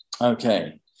Okay